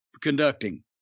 conducting